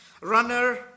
runner